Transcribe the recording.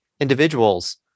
individuals